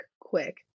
quick